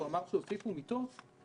שהוסיפו מיטות?